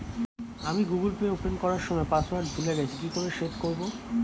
আমি Google Pay open করার সময় পাসওয়ার্ড ভুলে গেছি কি করে সেট করব?